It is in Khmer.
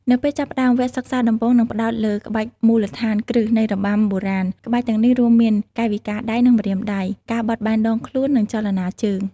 នៅពេលចាប់ផ្ដើម វគ្គសិក្សាដំបូងនឹងផ្តោតលើ ក្បាច់មូលដ្ឋានគ្រឹះ នៃរបាំបុរាណ ក្បាច់ទាំងនេះរួមមាន កាយវិការដៃ និងម្រាមដៃ ការបត់បែនដងខ្លួន និងចលនាជើង។